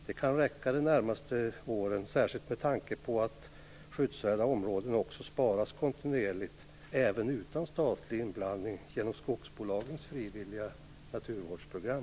Det kan räcka de närmaste åren, särskilt med tanke på att skyddsvärda områden nu också sparas kontinuerligt även utan statlig inblandning genom skogsbolagens frivilliga naturvårdsprogram.